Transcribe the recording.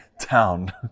town